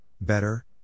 better